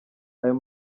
ayo